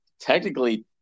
technically